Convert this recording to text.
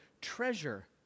treasure